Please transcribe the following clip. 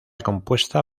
compuesta